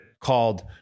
called